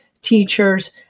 teachers